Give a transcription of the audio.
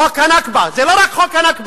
חוק ה"נכבה" זה לא רק חוק ה"נכבה".